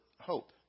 hope